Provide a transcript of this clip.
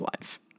life